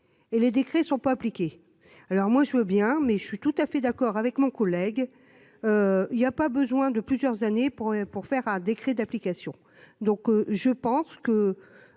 et les décrets sont pas appliquées, alors moi je veux bien, mais je suis tout à fait d'accord avec mon collègue, il y a pas besoin de plusieurs années pour pour faire un décret d'application, donc je pense que